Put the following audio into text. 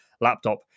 laptop